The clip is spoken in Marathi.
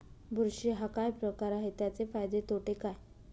बुरशी हा काय प्रकार आहे, त्याचे फायदे तोटे काय?